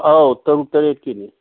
ꯑꯥꯎ ꯇꯔꯨꯛ ꯇꯔꯦꯠꯀꯤꯅꯤ